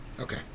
Okay